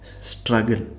struggle